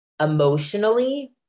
emotionally